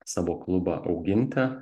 savo klubą auginti